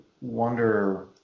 wonder